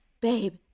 babe